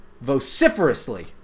vociferously